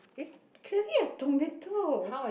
is clearly a tomato